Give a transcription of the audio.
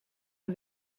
een